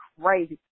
crazy